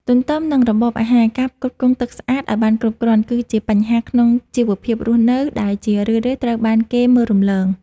ទន្ទឹមនឹងរបបអាហារ ការផ្គត់ផ្គង់ទឹកស្អាតឱ្យបានគ្រប់គ្រាន់ គឺជាបញ្ហាក្នុងជីវភាពរស់នៅ ដែលជារឿយៗត្រូវបានគេមើលរំលង។